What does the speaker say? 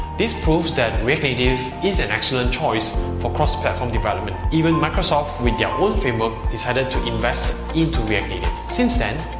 this proves that react native is an excellent choice cross platform development. even microsoft with their own framework decided to invest into react native. since then,